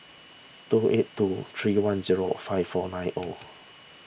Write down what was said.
two eight two three one zero five four nine zero